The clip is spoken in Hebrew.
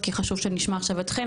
כי חשוב שנשמע עכשיו אתכם,